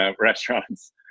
restaurants